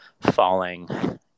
falling